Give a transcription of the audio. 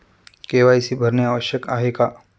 KYC भरणे आवश्यक आहे का?